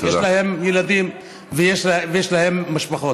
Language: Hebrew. יש להם ילדים ויש להם משפחות.